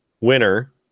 winner